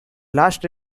last